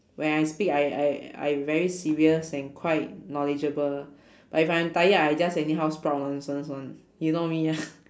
when I speak I I I very serious and quite knowledgeable but if I'm tired I just anyhow sprout nonsense [one] you know me ah